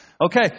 Okay